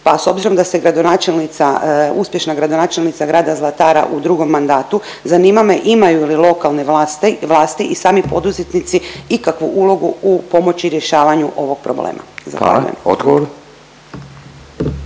gradonačelnica, uspješna gradonačelnica Grada Zlatara u drugom mandatu zanima me imaju li lokalne vlasti i sami poduzetnici ikakvu ulogu u pomoći rješavanju ovog problema?